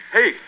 Hey